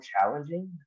challenging